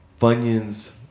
Funyuns